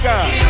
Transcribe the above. God